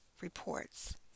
reports